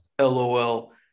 LOL